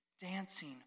dancing